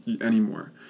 anymore